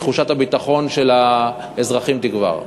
תחושת הביטחון של האזרחים תגבר.